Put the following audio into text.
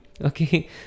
okay